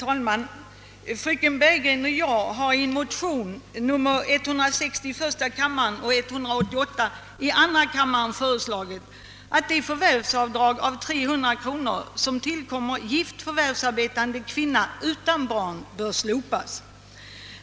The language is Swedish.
Herr talman! Fröken Bergegren och jag har i motionen II: 188, lika lydande med motionen 1: 160, föreslagit, att det förvärvsavdrag på 300 kronor som tillkommer gift förvärvsarbetande kvinna utan barn skall slopas.